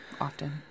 Often